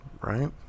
Right